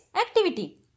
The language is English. activity